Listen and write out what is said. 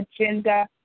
agenda